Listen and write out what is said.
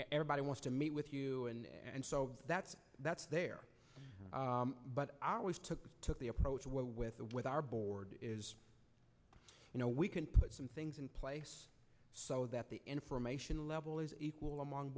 everybody wants to meet with you and so that's that's there but i always took took the approach where with the with our board you know we can put some things in place so that the information level is equal